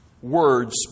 Words